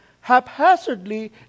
haphazardly